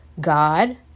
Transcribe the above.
God